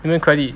你们的 credit